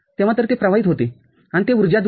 तर ते प्रवाहित होते आणि ते उर्जा दूर करते